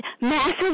massive